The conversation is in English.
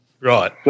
Right